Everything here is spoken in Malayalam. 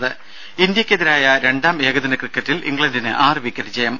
ദേഴ ഇന്ത്യക്കെതിരായ രണ്ടാം ഏകദിന ക്രിക്കറ്റിൽ ഇംഗ്ലണ്ടിന് ആറ് വിക്കറ്റ് ജയം